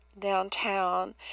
downtown